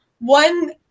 One